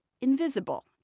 invisible